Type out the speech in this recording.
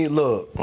look